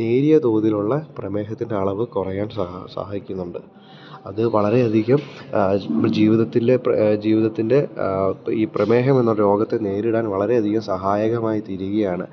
നേരിയ തോതിലുള്ള പ്രമേഹത്തിൻ്റെ അളവ് കുറയാൻ സഹായിക്കുന്നുണ്ട് അത് വളരെയധികം ജീവിതത്തിലെ ജീവിതത്തിൻ്റെ ഈ പ്രമേഹം എന്ന രോഗത്തെ നേരിടാൻ വളരെയധികം സഹായകമായി തീരുകയാണ്